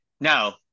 no